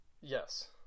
Yes